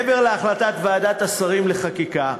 מעבר להחלטת ועדת השרים לחקיקה,